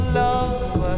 love